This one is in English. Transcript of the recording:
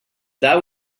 that